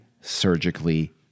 surgically